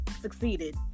succeeded